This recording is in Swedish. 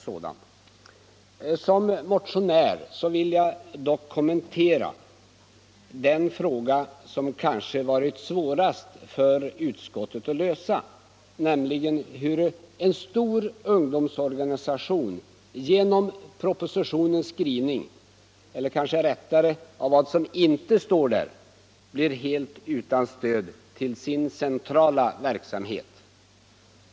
Som motionär vill jag dock kommentera den fråga som kanske varit svårast för utskottet att ta ställning till, nämligen huru en stor ungdomsorganisation genom propositionens skrivning — eller kanske rättare sagt genom vad som inte står där — blir helt utan stöd till sin centrala verksamhet.